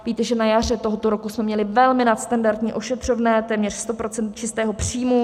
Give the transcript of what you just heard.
Víte, že na jaře tohoto roku jsme měli velmi nadstandardní ošetřovné, téměř 100 % čistého příjmu.